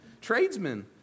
tradesmen